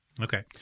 Okay